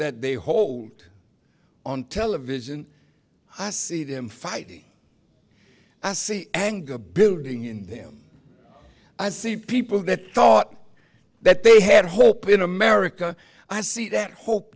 that they hold on television i see them fighting i see anger building in them i see people that thought that they had hope in america i see that hope